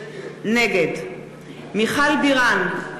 נגד מיכל בירן,